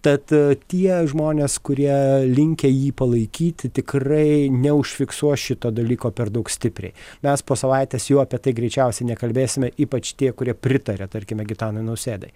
tad tie žmonės kurie linkę jį palaikyti tikrai neužfiksuos šito dalyko per daug stipriai mes po savaitės jau apie tai greičiausiai nekalbėsime ypač tie kurie pritaria tarkime gitanui nausėdai